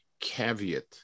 Caveat